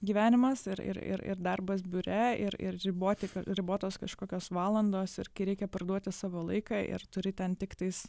gyvenimas ir ir ir darbas biure ir ir riboti ribotos kažkokios valandos ir kai reikia parduoti savo laiką ir turi ten tiktais